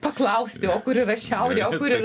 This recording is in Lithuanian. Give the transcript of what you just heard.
paklausti o kur yra šiaurė o kur yra